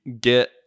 get